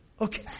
Okay